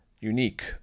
unique